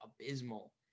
abysmal